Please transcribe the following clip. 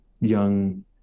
young